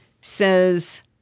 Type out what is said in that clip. says